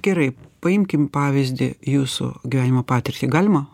gerai paimkim pavyzdį jūsų gyvenimo patirtį galima